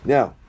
Now